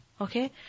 Okay